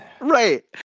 Right